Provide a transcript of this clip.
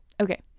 okay